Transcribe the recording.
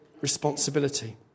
responsibility